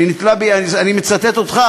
אני מצטט אותך,